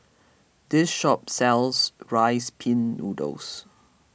this shop sells Rice Pin Noodles